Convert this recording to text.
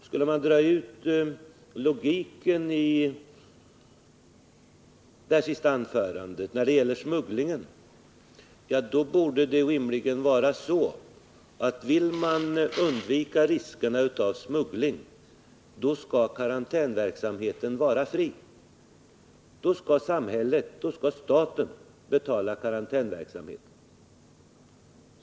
Skulle man dra ut logiken i det senaste anförandet när det gäller smuggling, borde det rimligen vara så att karantänsverksamheten skall vara fri om man vill undvika riskerna för smuggling. Då skall staten betala karantänsverksamheten.